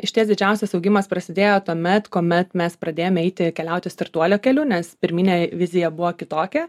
išties didžiausias augimas prasidėjo tuomet kuomet mes pradėjome eiti keliauti startuolio keliu nes pirminė vizija buvo kitokia